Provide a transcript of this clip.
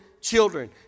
children